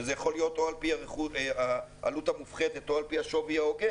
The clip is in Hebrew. שזה יכול להיות או על פי העלות המופחתת או על פי השווי ההוגן